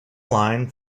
line